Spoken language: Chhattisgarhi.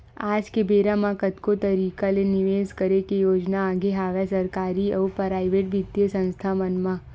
आज के बेरा म कतको तरिका ले निवेस करे के योजना आगे हवय सरकारी अउ पराइेवट बित्तीय संस्था मन म